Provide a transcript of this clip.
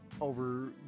over